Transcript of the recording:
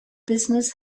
business